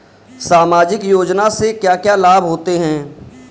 सामाजिक योजना से क्या क्या लाभ होते हैं?